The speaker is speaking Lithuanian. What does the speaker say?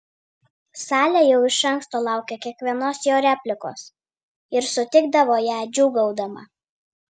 salė jau iš anksto laukė kiekvienos jo replikos ir sutikdavo ją džiūgaudama